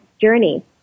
journey